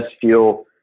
feel